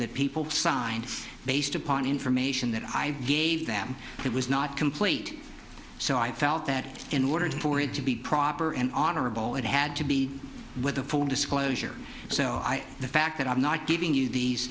that people signed based upon information that i gave them it was not complete so i felt that in order for it to be proper and honorable it had to be with a full disclosure so i the fact that i'm not giving you these